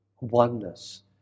oneness